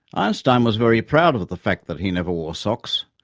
einstein was very proud of of the fact that he never wore socks.